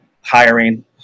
Hiring